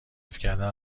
کردن